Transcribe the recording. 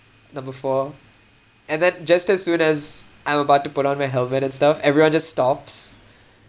number four and then just as soon as I'm about to put on my helmet and stuff everyone just stops